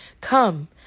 come